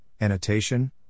annotation